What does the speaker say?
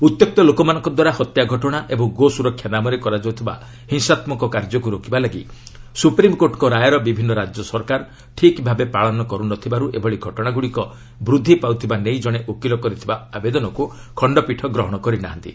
ଉତ୍ତ୍ୟକ୍ତ ଲୋକମାନଙ୍କଦ୍ୱାରା ହତ୍ୟା ଘଟଣା ଏବଂ ଗୋ ସୁରକ୍ଷା ନାମରେ କରାଯାଉଥିବା ହିଂସାତ୍କକ କାର୍ଯ୍ୟକୁ ରୋକିବା ଲାଗି ସ୍ରପ୍ରିମ୍କୋର୍ଟଙ୍କ ରାୟର ବିଭିନ୍ନ ରାଜ୍ୟ ସରକାର ଠିକ୍ ଭାବେ ପାଳନ କର୍ତ୍ ନ ଥିବାରୁ ଏଭଳି ଘଟଣାଗୁଡ଼ିକ ବୁଦ୍ଧି ପାଉଥିବା ନେଇ ଜଣେ ଓକିଲ କରିଥିବା ଆବେଦନକୁ ଖଣ୍ଡପୀଠ ଗ୍ରହଣ କରି ନାହାନ୍ତି